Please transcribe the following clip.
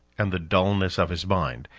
and the dulness of his mind,